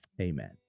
Amen